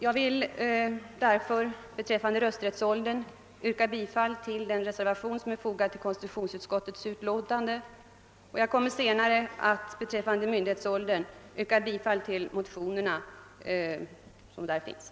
Jag vill därför beträffande rösträttsåldern yrka bifall till den reservation som är fogad till konstitutionsutskottets utlåtande och jag kommer senare att beträffande myndighetsåldern yrka bifall till de ifrågavarande motionerna.